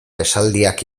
esaldiak